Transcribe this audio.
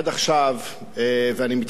ואני מתייחס לדברייך,